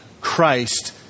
Christ